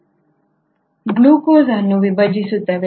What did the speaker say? glucose ಅನ್ನು ವಿಭಜಿಸುತ್ತವೆ